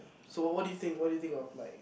so what what do you think what do you think of like